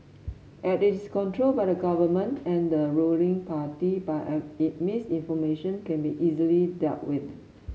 as it is controlled by the Government and the ruling party by any misinformation can be easily dealt with